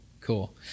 cool